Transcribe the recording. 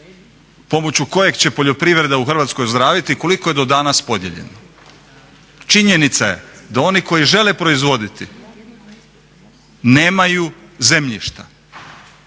pomoću kojeg će poljoprivreda u Hrvatskoj ozdraviti, koliko je do danas podijeljeno. Činjenica je da oni koji žele proizvoditi nemaju zemljišta,